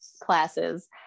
classes